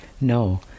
no